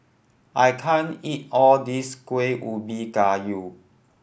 I can't eat all this Kuih Ubi Kayu